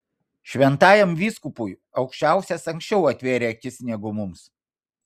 šventajam vyskupui aukščiausias anksčiau atvėrė akis negu mums